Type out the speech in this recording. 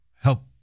help